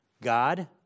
God